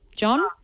John